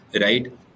right